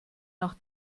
nach